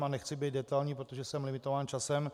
A nechci být detailní, protože jsem limitován časem.